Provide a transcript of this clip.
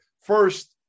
first